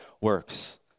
works